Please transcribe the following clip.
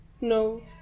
no